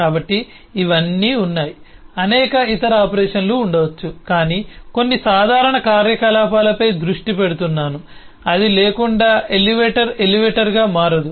కాబట్టి ఇవన్నీ ఉన్నాయి అనేక ఇతర ఆపరేషన్లు ఉండవచ్చు కాని కొన్ని సాధారణ కార్యకలాపాలపై దృష్టి పెడుతున్నాను అది లేకుండా ఎలివేటర్ ఎలివేటర్గా మారదు